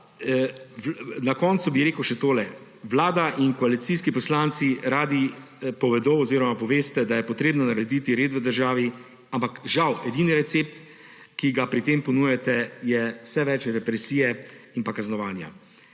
Na koncu bi rekel še tole. Vlada in koalicijski poslanci radi povedo oziroma poveste, da je treba narediti red v državi, ampak, žal, edini recept, ki ga pri tem ponujate, je vse več represije in pa kaznovanja.